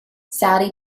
saudi